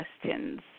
questions